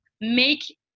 make